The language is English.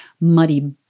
muddy